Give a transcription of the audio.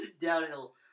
Downhill